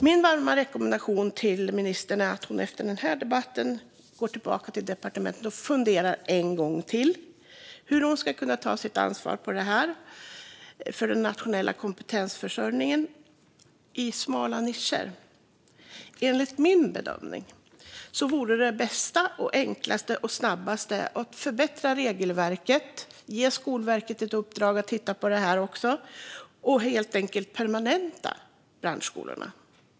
Min varma rekommendation till ministern är att hon efter den här debatten går tillbaka till departementet och funderar en gång till över hur hon ska kunna ta sitt ansvar för den nationella kompetensförsörjningen i smala nischer. Enligt min bedömning vore det bästa, enklaste och snabbaste att förbättra regelverket, att ge Skolverket ett uppdrag att titta på det här också och att helt enkelt permanenta branschskolorna.